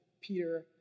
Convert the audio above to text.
Peter